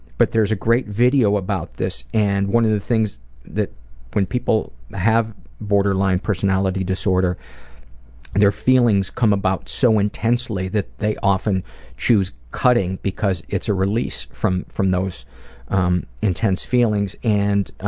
but there's a great video about this, and one of the things when people have borderline personality disorder their feelings come about so intensely that they often choose cutting because it's a release from from those um intense feelings. and